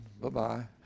bye-bye